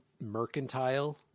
mercantile